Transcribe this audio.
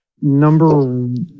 number